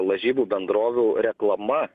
lažybų bendrovių reklama